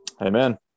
Amen